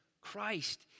Christ